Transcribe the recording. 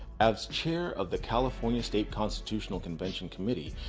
as chair of the california state constitutional convention committee,